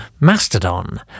Mastodon